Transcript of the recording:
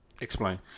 Explain